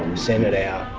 send it out.